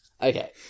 Okay